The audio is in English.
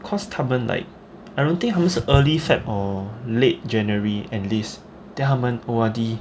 because 他们 like I don't think 他们是 early february or late january enlist then 他们 O_R_D